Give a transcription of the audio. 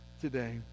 today